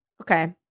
Okay